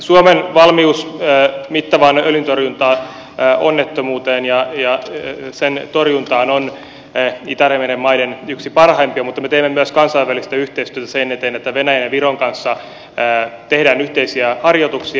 suomen valmius jää mitä vaan ylitarjontaa onnettomuuteen ja mittavan öljyonnettomuuden torjuntaan on itämeren maiden yksi parhaimpia mutta me teemme myös kansainvälistä yhteistyötä sen eteen että venäjän ja viron kanssa tehdään yhteisiä harjoituksia